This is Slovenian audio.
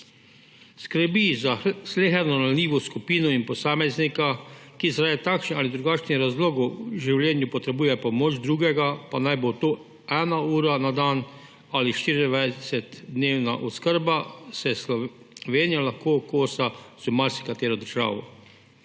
skrbi za sleherno ranljivo skupino in posameznika, ki zaradi takšnih ali drugačnih razlogov v življenju potrebuje pomoč drugega, pa naj bo to ena ura na dan ali 24-urna oskrba, se Slovenija lahko kosa z marsikatero državo.